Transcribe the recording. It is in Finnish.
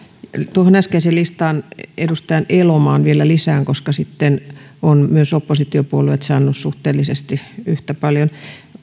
tuohon äskeiseen listaan edustaja elomaan vielä lisään sitten myös oppositiopuolueet ovat saaneet suhteellisesti yhtä paljon